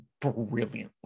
brilliantly